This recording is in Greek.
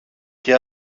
και